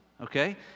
okay